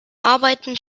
arbeiten